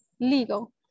legal